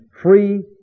free